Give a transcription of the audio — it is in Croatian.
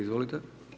Izvolite.